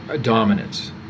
dominance